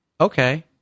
okay